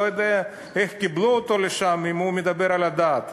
לא יודע איך קיבלו אותו לשם אם הוא מדבר על הדת.